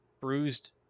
bruised